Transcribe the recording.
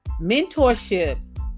Mentorship